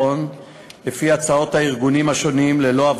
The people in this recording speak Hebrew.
הוא שאל שאלה: למה יש